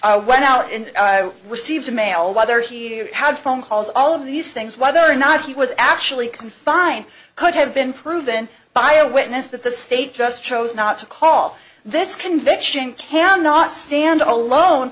i went out and i received mail whether here how phone calls all of these things whether or not he was actually confined could have been proven by a witness that the state just chose not to call this conviction can not stand alone